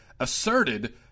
asserted